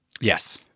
Yes